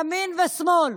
ימין ושמאל: